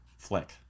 Flick